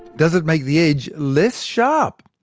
does it make the edge less sharp?